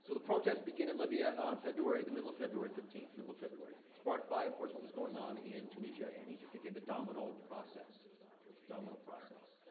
so the protests begin in libya on february the middle of february fifteenth middle of february. sparked by, of course, what was going on in tunisia and egypt. again, the domino process domino process.